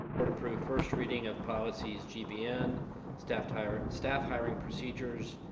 the first reading of policies gbn staff hiring staff hiring procedures,